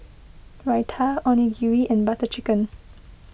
Raita Onigiri and Butter Chicken